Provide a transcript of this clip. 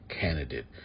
Candidate